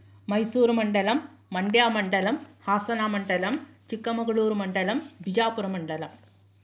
मैसूरुमण्डलम् मण्ड्यामण्डलम् हासनामण्डलम् चिक्कमगुलूरुमण्डलम् बिजापुरमण्डलम्